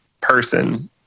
person